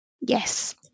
Yes